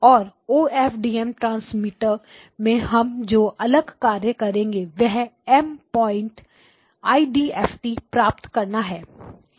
और OFDM transmitter में हम जो अगला कार्य करेंगे वह M पॉइंट आईडीएफटी प्राप्त करना है